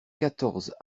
quatorze